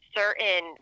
certain